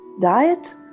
diet